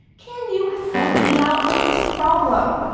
can you help me out with this problem?